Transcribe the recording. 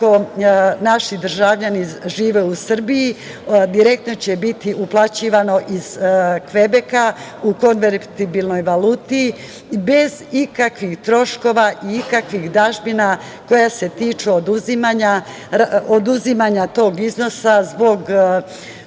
naši državljani žive u Srbiji direktno će biti uplaćivano iz Kvebeka u konvertibilnoj valuti bez ikakvih troškova i ikakvih dažbina koja se tiču oduzimanja tog iznosa zbog